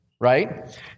Right